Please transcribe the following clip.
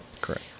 Correct